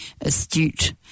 astute